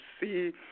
see